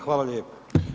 Hvala lijepo.